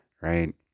right